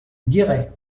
guéret